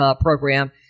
program